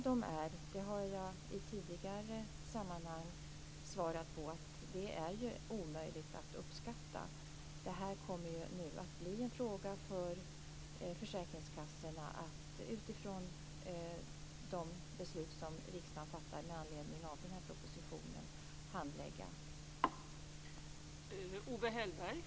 Det är omöjligt att uppskatta hur många personer det är, som jag har sagt i tidigare sammanhang. Det kommer nu att bli en fråga för försäkringskassorna att handlägga utifrån de beslut som riksdagen fattar med anledning av propositionen.